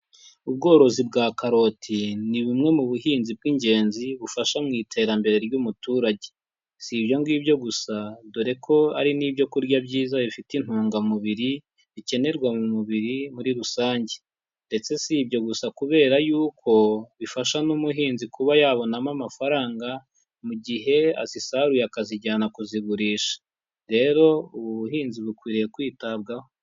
Ubworozi bwa karoti ni bumwe mu buhinzi bw'ingenzi bufasha mu iterambere ry'umuturage. Si ibyo ngibyo gusa dore ko ari n'ibyokurya byiza bifite intungamubiri bikenerwa mu mubiri muri rusange. Ndetse si ibyo gusa kubera yuko bifasha n'umuhinzi kuba yabonamo amafaranga mu gihe azisaruye akazijyana kuzigurisha. Rero ubu buhinzi bukwiriye kwitabwaho.